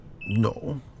No